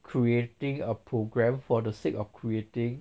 creating a program for the sake of creating